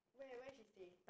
where where she stay